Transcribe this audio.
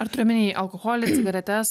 ar turiu omeny alkoholį cigaretes